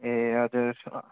ए हजुर